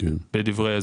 בדברי ההסבר.